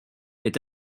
est